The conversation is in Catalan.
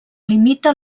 limita